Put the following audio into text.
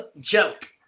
joke